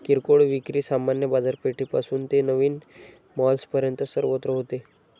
किरकोळ विक्री सामान्य बाजारपेठेपासून ते नवीन मॉल्सपर्यंत सर्वत्र होते